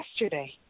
Yesterday